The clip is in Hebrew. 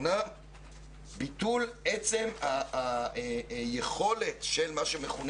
כלומר ביטול עצם היכולת של מה שמכונה